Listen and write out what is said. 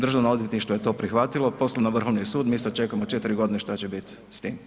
Državno odvjetništvo je to prihvatilo poslalo na Vrhovni sud, mi sad čekamo 4 godine šta će biti s tim.